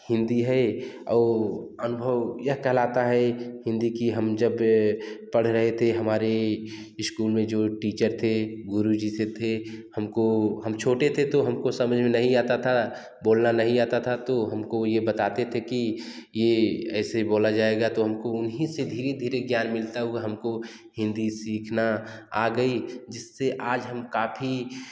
हिंदी है और अनुभव यह कहलाता है हिंदी की हम जब पढ़ रहे थे हमारे स्कूल में जो टीचर थे गुरु जी से थे हमको हम छोटे थे तो हमको समझ में नहीं आता था बोलना नहीं आता था हमको ये बताते थे कि ये ऐसे बोला जाएगा तो हमको उन्हीं से धीरे धीरे ज्ञान मिलता हुआ हमको हिंदी सीखना आ गई जिससे आज हम काफ़ी